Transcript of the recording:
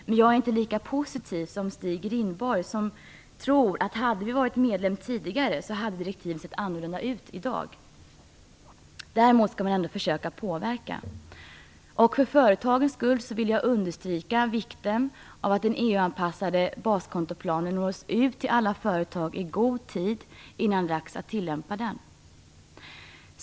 Men jag är inte lika positiv som Stig Rindborg, som tror att om Sverige hade varit medlem tidigare hade direktiven sett annorlunda ut i dag. Däremot skall man försöka påverka. För företagens skull vill jag understryka vikten av att den EU-anpassade baskontoplanen når ut till alla företag i god tid innan det är dags att tillämpa den.